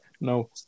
no